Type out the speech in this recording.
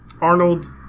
Arnold